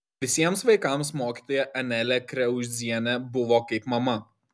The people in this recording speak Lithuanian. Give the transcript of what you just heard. visiems vaikams mokytoja anelė kriauzienė buvo kaip mama